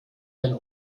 den